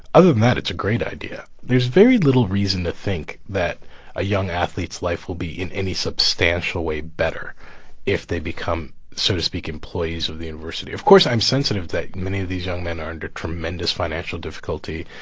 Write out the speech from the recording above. other than that, it's a great idea. there's very little reason to think that a young athlete's life will be in any substantial way better if they become, so to speak, employees of the university. of course i'm sensitive that many of these young men are under tremendous financial difficulty.